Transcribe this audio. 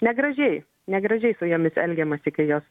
negražiai negražiai su jomis elgiamasi kai jos